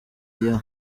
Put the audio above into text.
yoooo